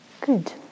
Good